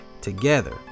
together